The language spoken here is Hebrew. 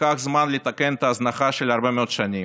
ייקח זמן לתקן את ההזנחה של הרבה מאוד שנים,